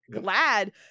glad